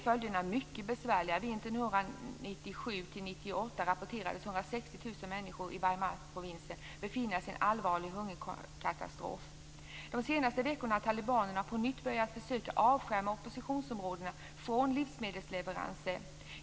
Vintern 1997/1998 rapporterades 160 000 människor i Bamyanprovinsen befinna sig i en allvarlig hungerkatastrof. De senaste veckorna har talibanerna på nytt börjar försöka avskärma oppositionsområdena från livsmedelsleveranser.